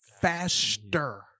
faster